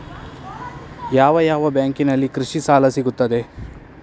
ಯಾವ ಯಾವ ಬ್ಯಾಂಕಿನಲ್ಲಿ ಕೃಷಿ ಸಾಲ ಸಿಗುತ್ತದೆ?